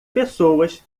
pessoas